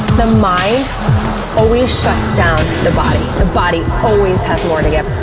the mind always shuts down the body. the body always has more to give.